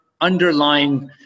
underlying